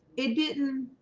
it didn't